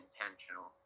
intentional